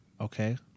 Okay